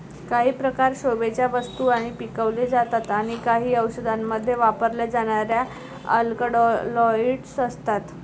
काही प्रकार शोभेच्या वस्तू म्हणून पिकवले जातात आणि काही औषधांमध्ये वापरल्या जाणाऱ्या अल्कलॉइड्स असतात